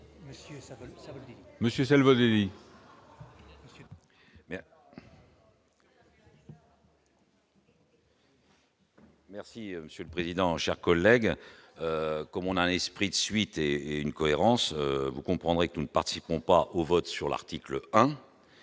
de vote. Monsieur Salvador oui. Merci monsieur le président, chers collègues, comme on a un esprit de suite et une cohérence, vous comprendrez que nous ne participeront pas au vote sur l'article 1,